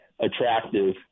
attractive